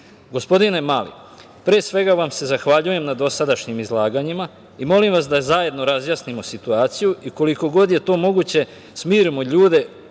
itd. Gospodine Mali, pre svega vam se zahvaljujem na dosadašnjim izlaganjima i molim vas da zajedno razjasnimo situaciju i koliko god je to moguće smirimo ljude